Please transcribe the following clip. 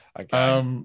Okay